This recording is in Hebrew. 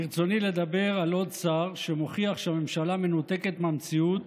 ברצוני לדבר על עוד שר שמוכיח שהממשלה מנותקת מהמציאות